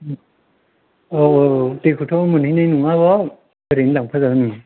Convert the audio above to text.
औ औ औ दैखौथ' मोनहैनाय नङा बाव ओरैनो लांफा जागोन